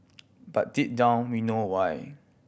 but deep down we know why